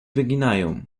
wyginają